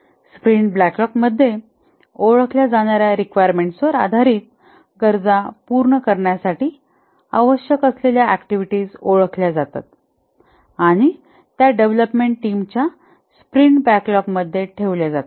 sprint बॅकलॉगमध्ये ओळखल्या जाणार्या रिक्वायरमेंट्सवर आधारित गरजा पूर्ण करण्यासाठी आवश्यक असलेल्या ऍक्टिव्हिटीज ओळखल्या जातात आणि त्या डेव्हलपमेंट टीमच्या स्प्रिंट बॅकलॉगमध्ये ठेवल्या जातात